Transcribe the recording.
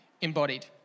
Embodied